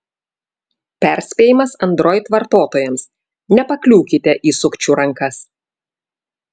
perspėjimas android vartotojams nepakliūkite į sukčių rankas